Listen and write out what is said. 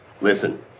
Listen